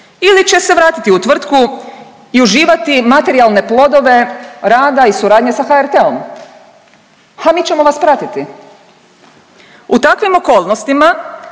ili će se vratiti u tvrtku i uživati materijalne plodove rada i suradnje sa HRT-om, a mi ćemo vas pratiti. U takvim okolnostima